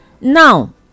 Now